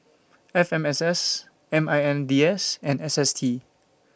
F M S S M I N D S and S S T